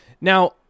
Now